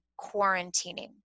quarantining